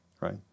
right